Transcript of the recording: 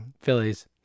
Phillies –